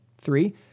Three